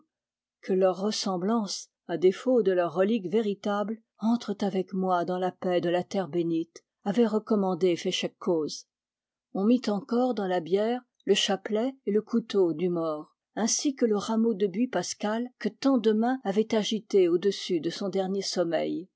que leurs ressemblances à défaut de leurs reliques véritables entrent avec moi dans la paix de la terre bénite avait recommandé féchec coz on mit encore dans la bière le chapelet et le couteau du mort ainsi que le rameau de buis pascal que tant de mains avaient agité au-dessus de son dernier sommeil